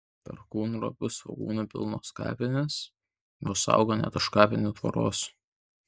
perkūnropių svogūnų pilnos kapinės jos auga net už kapinių tvoros